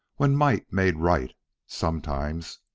when might made right sometimes.